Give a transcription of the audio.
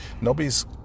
nobody's